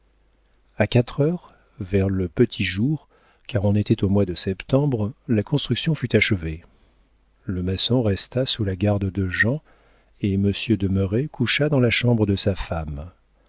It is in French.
a quatre heures vers le petit jour car on était au mois de septembre la construction fut achevée le maçon resta sous la garde de jean et monsieur de merret coucha dans la chambre de sa femme